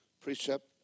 Precept